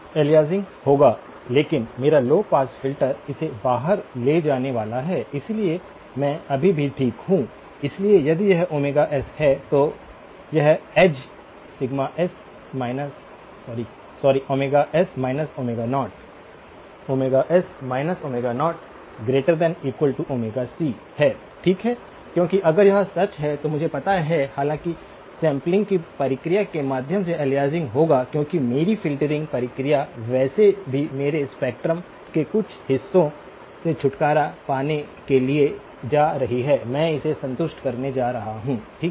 aliasing होगा लेकिन मेरा लौ पास फ़िल्टर इसे बाहर ले जाने वाला है इसलिए मैं अभी भी ठीक हूं इसलिए यदि यह s है तो यह एड्ज s 0 s 0c है ठीक है क्योंकि अगर यह सच है तो मुझे पता है हालांकि सैंपलिंग की प्रक्रिया के माध्यम से अलियासिंग होगा क्योंकि मेरी फ़िल्टरिंग प्रक्रिया वैसे भी मेरे स्पेक्ट्रम के कुछ हिस्सों से छुटकारा पाने के लिए जा रही है मैं इसे संतुष्ट करने जा रहा हूं ठीक है